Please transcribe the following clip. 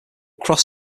cross